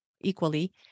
equally